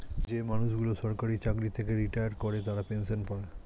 যে মানুষগুলো সরকারি চাকরি থেকে রিটায়ার করে তারা পেনসন পায়